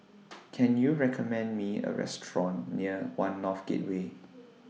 Can YOU recommend Me A Restaurant near one North Gateway